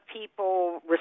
people